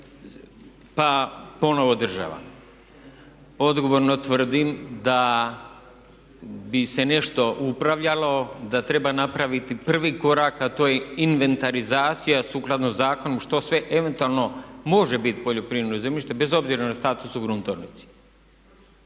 pa ponovo država. Odgovorno tvrdim da bi se nešto upravljalo da treba napraviti prvi korak, a to je inventarizacija sukladno zakonu što sve eventualno može biti poljoprivredno zemljište bez obzira na status u gruntovnici.